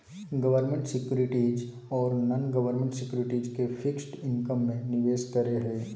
government securities ओरो non government securities के fixed income में निवेश करे हइ